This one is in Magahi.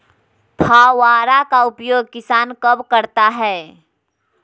फावड़ा का उपयोग किसान कब करता है?